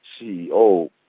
CEO